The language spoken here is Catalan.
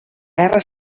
guerra